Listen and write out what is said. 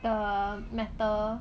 the metal